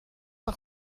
par